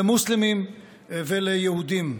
למוסלמים וליהודים.